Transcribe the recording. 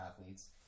athletes